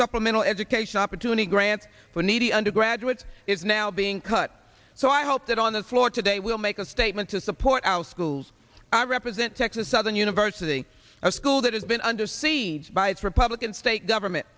supplemental education opportunity grants for needy undergraduates is now being cut so i hope that on the floor today we'll make a statement to support our schools i represent texas southern university it's a school that has been under siege by its republican state government